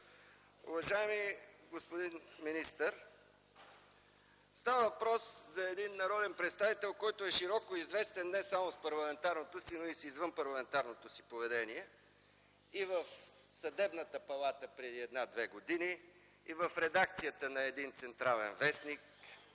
Уважаеми господин министър, става въпрос за един народен представител, който е широко известен не само с парламентарното си, но и с извънпарламентарното си поведение – и в Съдебната палата преди 1-2 години, и в редакцията на един централен вестник,